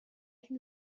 can